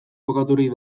kokaturik